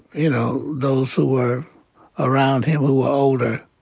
you know, those who were around him who were older.